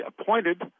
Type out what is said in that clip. appointed